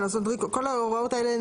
אני